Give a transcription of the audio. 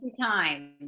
time